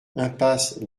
impasse